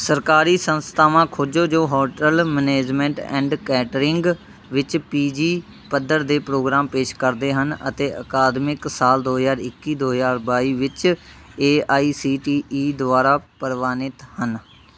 ਸਰਕਾਰੀ ਸੰਸਥਾਵਾਂ ਖੋਜੋ ਜੋ ਹੋਟਲ ਮੈਨੇਜਮੈਂਟ ਐਂਡ ਕੈਟਰਿੰਗ ਵਿੱਚ ਪੀ ਜੀ ਪੱਧਰ ਦੇ ਪ੍ਰੋਗਰਾਮ ਪੇਸ਼ ਕਰਦੇ ਹਨ ਅਤੇ ਅਕਾਦਮਿਕ ਸਾਲ ਦੋ ਹਜ਼ਾਰ ਇੱਕੀ ਦੋ ਹਜ਼ਾਰ ਬਾਈ ਵਿੱਚ A I C T E ਦੁਆਰਾ ਪ੍ਰਵਾਨਿਤ ਹਨ